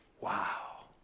wow